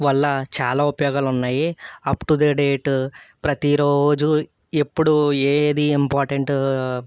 వల్ల చాలా ఉపయోగాలు ఉన్నాయి అప్ టు ద డేటు ప్రతిరోజూ ఎప్పుడూ ఏది ఇంపార్టెంటు